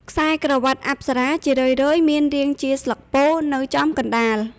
ខ្សែក្រវាត់អប្សរាជារឿយៗមានរាងជាស្លឹកពោធិ៍នៅចំកណ្តាល។